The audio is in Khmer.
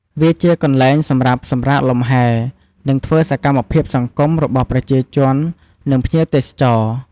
វាជាកន្លែងសម្រាប់សម្រាកលំហែ និងធ្វើសកម្មភាពសង្គមរបស់ប្រជាជន និងភ្ញៀវទេសចរ។